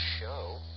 show